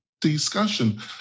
discussion